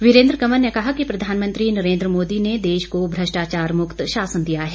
वीरेन्द्र कंवर ने कहा कि प्रधानमंत्री नरेन्द्र मोदी ने देश को भ्रष्टाचार मुक्त शासन दिया है